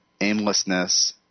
aimlessness